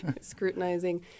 scrutinizing